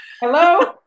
hello